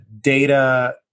data